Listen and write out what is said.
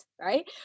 right